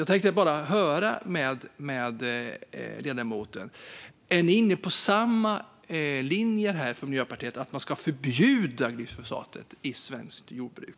Jag tänkte bara höra med ledamoten: Är ni i Miljöpartiet också inne på linjen att man ska förbjuda glyfosat i svenskt jordbruk?